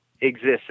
exists